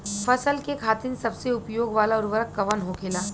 फसल के खातिन सबसे उपयोग वाला उर्वरक कवन होखेला?